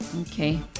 Okay